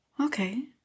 Okay